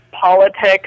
Politics